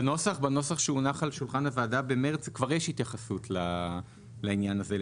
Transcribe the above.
בנוסח שהונח על שולחן הוועדה במרס כבר יש התייחסות לעניין הזה.